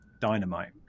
dynamite